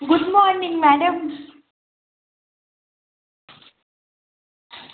good morning madam